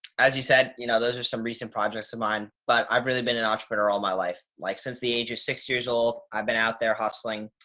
as you said, you know, those are some recent projects of mine, but i've really been an entrepreneur all my life. like, since the age of six years old, i've been out there hustling.